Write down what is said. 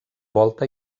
volta